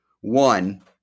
one